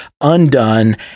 undone